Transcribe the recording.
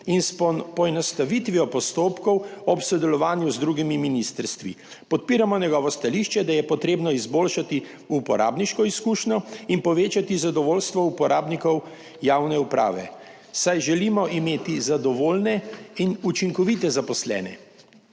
in s poenostavitvijo postopkov ob sodelovanju z drugimi ministrstvi. Podpiramo njegovo stališče, da je potrebno izboljšati uporabniško izkušnjo in povečati zadovoljstvo uporabnikov javne uprave, saj želimo imeti zadovoljne in učinkovite zaposlene.